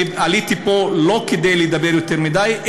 עליתי לכאן לא כדי לדבר יותר מדי,